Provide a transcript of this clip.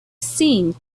seen